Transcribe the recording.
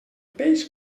peix